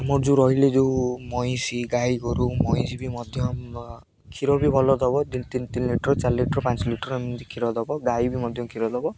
ଆମର ଯେଉଁ ରହିଲେ ଯେଉଁ ମଇଁଷି ଗାଈ ଗୋରୁ ମଇଁଷି ବି ମଧ୍ୟ କ୍ଷୀର ବି ଭଲ ଦେବ ତିନି ତିନ ଲିଟର ଚାରି ଲିଟର ପାଞ୍ଚ ଲିଟର ଏମିତି କ୍ଷୀର ଦେବ ଗାଈ ବି ମଧ୍ୟ କ୍ଷୀର ଦେବ